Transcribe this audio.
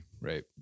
right